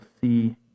see